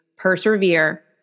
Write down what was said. persevere